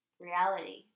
reality